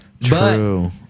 True